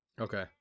Okay